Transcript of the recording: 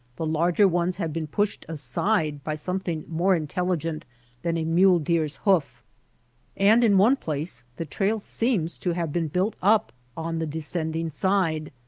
the larger ones have been pushed aside by something more intelligent than a mule-deer s hoof and in one place the trail seems to have been built up on the descending side.